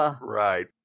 Right